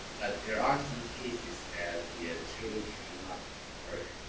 but there are some cases that the ah trimming can not work.